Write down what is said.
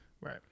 right